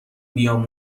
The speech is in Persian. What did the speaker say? بیام